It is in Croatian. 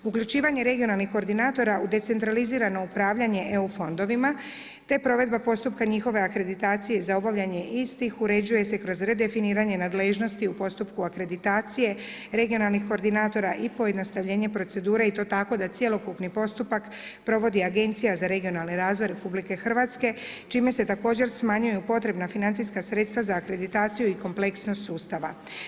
Uključivanje regionalnih koordinatora u decentralizirano upravljanje EU fondovima, te provedba postupka njihove akreditacije za obavljanje istih uređuju se kroz redefiniranje nadležnosti u postupku akreditacije, regionalnih koordinatora i pojednostavljenje procedure i to tako da cjelokupni postupak provodi Agencija za regionalni razvoj RH čime se također smanjuju potrebna financijska sredstva za akreditaciju i kompleksnost sustava.